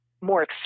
more